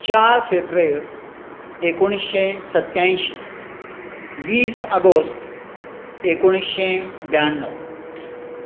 चार फेब्रेर एकोणिशें सत्यायंशी वीस आगोस्त एकोणिशे ब्याणव